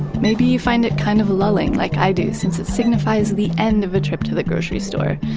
maybe you find it kind of lulling like i do, since it signifies the end of a trip to the grocery store.